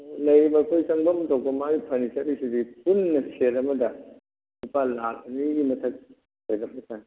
ꯂꯩꯔꯤꯕ ꯑꯩꯈꯣꯏꯒꯤ ꯆꯪꯐꯝ ꯃꯥꯒꯤ ꯐꯔꯅꯤꯆꯔꯒꯤ ꯀꯔꯤꯒꯤ ꯄꯨꯟꯅ ꯁꯦꯠ ꯑꯃꯗ ꯂꯨꯄꯥ ꯂꯥꯛ ꯑꯅꯤꯒꯤ ꯃꯊꯛ ꯑꯣꯏꯔꯞꯅ ꯆꯪꯏ